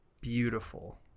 beautiful